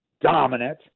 dominant